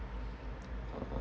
uh